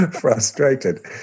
frustrated